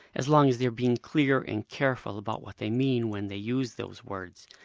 as long as they're being clear and careful about what they mean when they use those words.